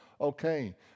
Okay